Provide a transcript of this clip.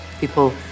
people